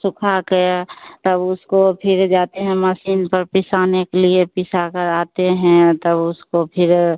सुखा कर तब उसको फिर जाते हैं मसीन पर पिसाने के लिए पिसाकर आते है तब उसको फिर